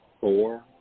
four